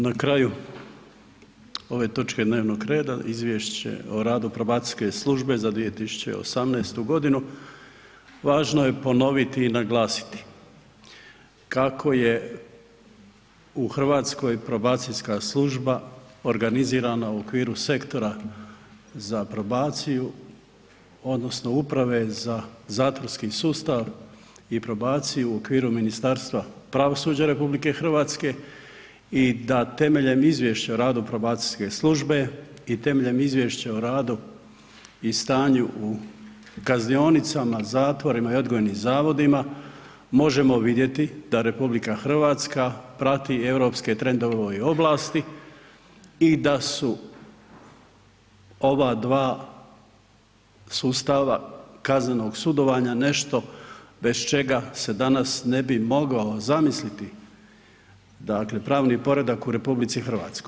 Na kraju ove točke dnevnog reda Izvješće o radu pobacijske službe za 2018. godinu važno je ponoviti i naglasiti kako je u Hrvatskoj probacijska služba organizirana u okviru Sektora za probaciju odnosno Uprave za zatvorski sustav i probaciju u okviru Ministarstva pravosuđa RH i da temeljem Izvješća o radu probacijske službe i temeljem izvješća o radu i stanju u kaznionicama, zatvorima i odgojnim zavodima možemo vidjeti da RH prati europske trendove u ovoj oblasti i da su ova dva sustava kaznenog sudovanja nešto bez čega se danas ne bi mogao zamisliti dakle pravni poredak u RH.